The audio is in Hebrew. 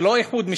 ולא איחוד משפחות,